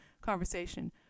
conversation